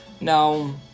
now